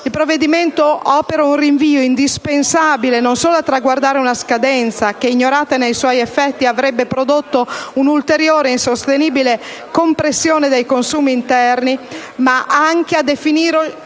il provvedimento opera un rinvio indispensabile non solo a traguardare una scadenza, che ignorata nei suoi effetti avrebbe prodotto un ulteriore insostenibile compressione dei consumi interni, ma anche a definire